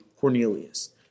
Cornelius